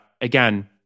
again